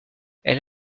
elle